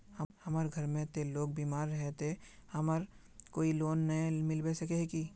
हमर घर में ते लोग बीमार है ते हमरा कोई लोन नय मिलबे सके है की?